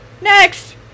Next